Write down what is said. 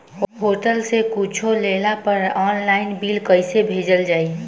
Hotel से कुच्छो लेला पर आनलाइन बिल कैसे भेजल जाइ?